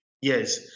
Yes